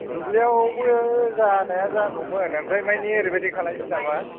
दुब्लियावबो जानाया जागौमोन ओमफ्राय माने ओरैबायदि खालामसै नामा